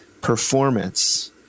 performance